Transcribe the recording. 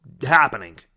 happening